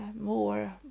more